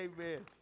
Amen